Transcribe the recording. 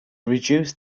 reduced